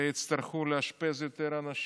ויצטרכו לאשפז יותר אנשים.